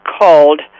called